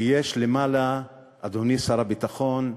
ויש, אדוני שר הביטחון,